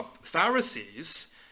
Pharisees